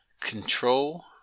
control